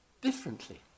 differently